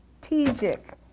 strategic